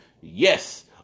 Yes